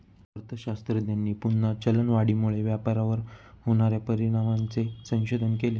अर्थशास्त्रज्ञांनी पुन्हा चलनवाढीमुळे व्यापारावर होणार्या परिणामांचे संशोधन केले